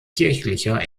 kirchlicher